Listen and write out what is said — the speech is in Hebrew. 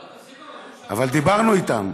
לא, תפסיקו, אבל דיברנו אתם.